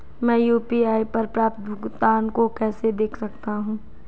मैं यू.पी.आई पर प्राप्त भुगतान को कैसे देख सकता हूं?